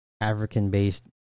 African-based